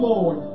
Lord